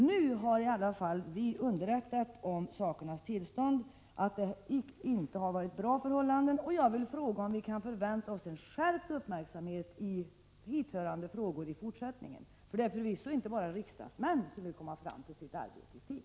Nu har vi i alla fall underrättat kommunikationsministern om sakernas tillstånd, nämligen att det inte har varit bra förhållanden, och jag undrar om vi kan förvänta oss en skärpt uppmärksamhet i hithörande frågor i fortsättningen. Det är ju inte bara riksdagsmän som vill komma fram till sitt arbete i tid.